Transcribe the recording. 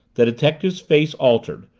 the detective's face altered,